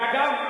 ואגב,